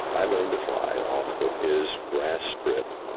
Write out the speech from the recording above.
i learned to fly off his his grass strip,